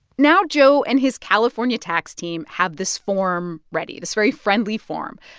now joe and his california tax team have this form ready, this very friendly form.